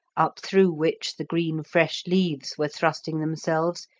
up through which the green fresh leaves were thrusting themselves,